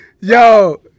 Yo